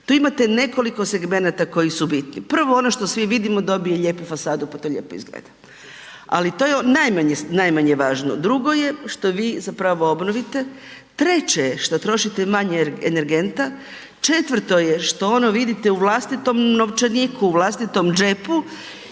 tu imate nekoliko segmenata koji su bitni. Prvo ono što svi vidimo dobije lijepu fasadu pa to lijepo izgleda ali to je najmanje važno. Drugo je što vi zapravo obnovite, treće je što trošite manje energenta, četvrto je što ono vidite u vlastitom novčaniku u vlastitom džepu